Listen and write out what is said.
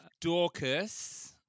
Dorcas